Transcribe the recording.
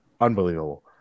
unbelievable